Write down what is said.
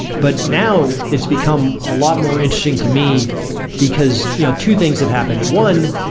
but now it's become a lot more interesting to me because yeah two things have happened one,